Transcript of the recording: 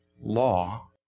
law